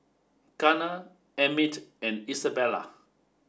Garner Emmit and Isabela